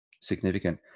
significant